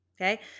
Okay